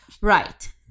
Right